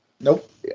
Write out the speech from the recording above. nope